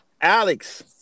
Alex